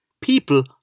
people